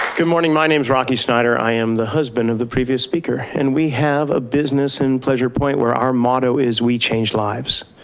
good morning my name's rocky snyder, i am the husband of the previous speaker, and we have a business in pleasure point where our motto is we change lives.